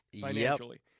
financially